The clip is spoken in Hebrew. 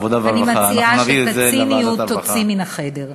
אני מציעה שאת הציניות תוציא מן החדר.